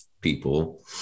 people